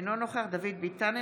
אינו נוכח דוד ביטן,